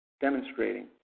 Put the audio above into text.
demonstrating